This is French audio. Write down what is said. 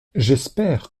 j’espère